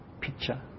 picture